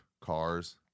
cars